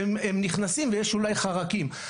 שהם נכנסים ויש אולי חרקים.